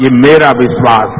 यह मेरा विश्वास है